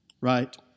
right